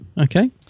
Okay